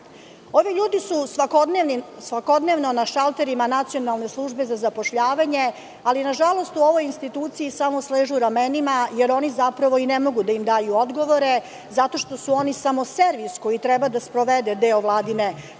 Ovi ljudi su svakodnevno na šalterima Nacionalne službe za zapošljavanje ali nažalost, u ovoj instituciji samo sležu ramenima, jer oni zapravo i ne mogu da im daju odgovore zato što su oni samo servis koji treba da sprovede deo Vladine politike.